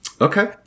okay